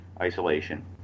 isolation